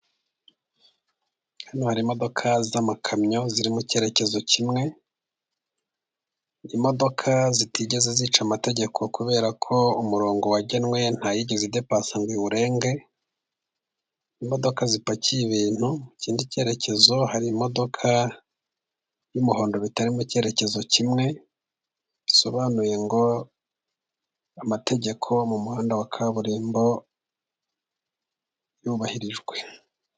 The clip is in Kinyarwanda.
Hano hari imodoka z'amakamyo ziri mu cyerekezo kimwe, imodoka zitigeze zica amategeko kubera ko umurongo wagenwe ntayigeze idepasa ngo iwurenge, imodoka zipakiye ibintu mu kindi cyerekezo, hari imodoka y'umuhondo bitari mu cyerekezo kimwe, bisobanuye ngo amategeko mu muhanda wa kaburimbo yubahirijwe.